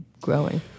growing